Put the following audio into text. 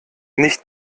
nicht